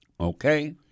Okay